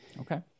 Okay